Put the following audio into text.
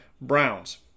Browns